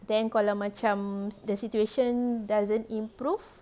then kalau macam the situation doesn't improve